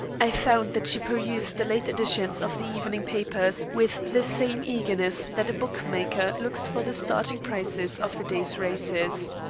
i found that she perused the late editions of the evening papers with the same eagerness that a bookmaker looks for the starting prices of the day's races.